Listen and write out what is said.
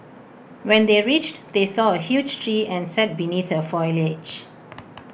when they reached they saw A huge tree and sat beneath the foliage